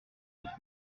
neuf